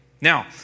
Now